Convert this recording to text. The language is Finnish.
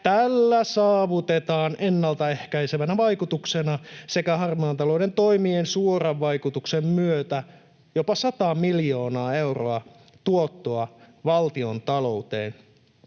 Tällä saavutetaan ennalta ehkäisevänä vaikutuksena sekä harmaan talouden toimien suoran vaikutuksen myötä jopa 100 miljoonaa euroa tuottoa valtiontalouteen.